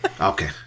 Okay